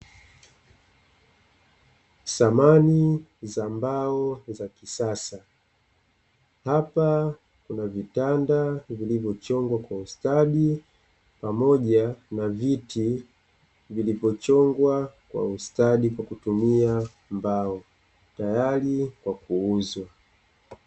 Samani za mbao za kisasa hapa kuna vitanda vilivyochongwa kwa ustadi pamoja na viti vilivyochongwa kwa ustadi kwa kutumia mbao, tayari kwa kuuzwa.